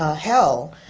ah hell!